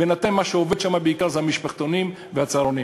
בינתיים מה שעובד שם בעיקר זה המשפחתונים והצהרונים.